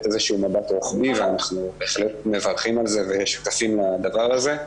מבט רוחבי ואנחנו בהחלט מברכים על זה ושותפים לדבר הזה.